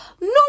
no